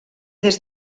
des